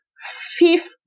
fifth